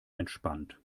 entspannt